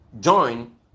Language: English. join